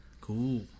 Cool